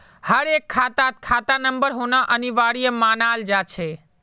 हर एक खातात खाता नंबर होना अनिवार्य मानाल जा छे